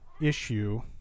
issue